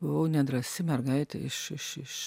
buvau nedrąsi mergaitė iš iš iš